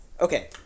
okay